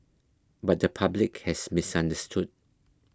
but the public has misunderstood